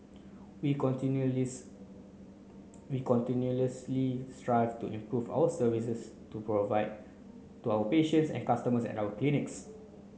we continuous we continuously strive to improve our services to provide to our patients and customers at our clinics